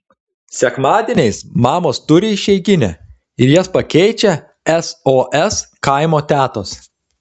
sekmadieniais mamos turi išeiginę ir jas pakeičia sos kaimo tetos